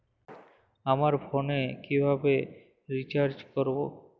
আমার ফোনে কিভাবে রিচার্জ করবো?